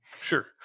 Sure